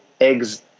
eggs